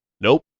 Nope